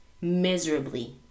miserably